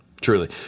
truly